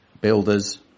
builders